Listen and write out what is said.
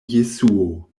jesuo